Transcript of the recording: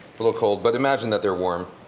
little cold, but imagine that they're warm.